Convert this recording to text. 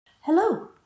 hello